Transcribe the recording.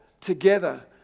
together